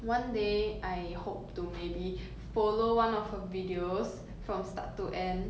one day I hope to maybe follow one of her videos from start to end